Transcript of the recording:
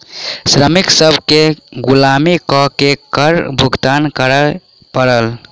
श्रमिक सभ केँ गुलामी कअ के कर भुगतान करअ पड़ल